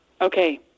okay